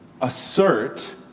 assert